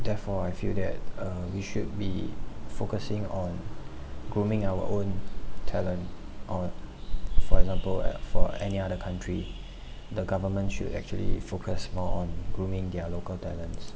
therefore I feel that uh we should be focusing on grooming our own talent or for example or for any other country the government should actually focus more on grooming their local talents